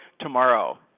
tomorrow